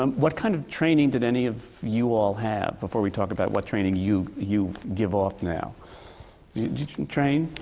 um what kind of training did any of you all have? before we talk about what training you you give off now. did you train?